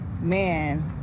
man